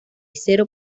cero